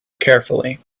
carefully